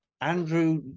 Andrew